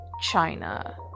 China